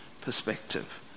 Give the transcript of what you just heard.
perspective